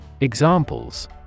Examples